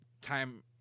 time